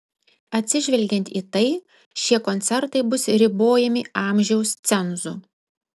atsižvelgiant į tai šie koncertai bus ribojami amžiaus cenzu